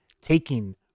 taking